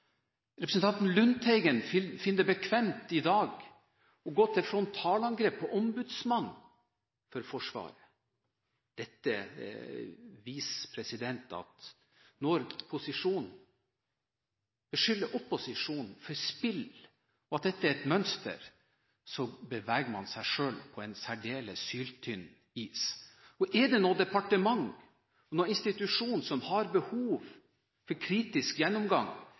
Representanten Lundteigen finner det i dag bekvemt å gå til frontalangrep på Ombudsmannen for Forsvaret. Dette viser at når posisjonen beskylder opposisjonen for spill, og dette er et mønster, beveger man seg på en særdeles syltynn is. Er det noe departement, noen institusjon som har behov for kritisk gjennomgang